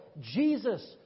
Jesus